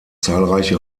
zahlreiche